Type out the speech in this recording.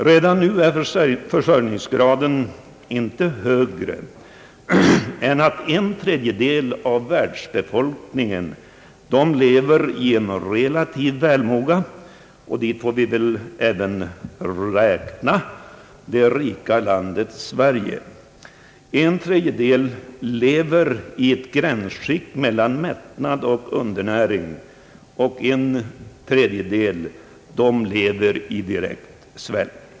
Redan nu är försörjningsgraden inte högre än att en tredjedel av världens befolkning lever i relativ välmåga — och dit får vi väl räkna det rika landet Sverige — en tredjedel lever i ett gränsskikt mellan mättnad och undernäring, och en tredjedel lever i direkt svält.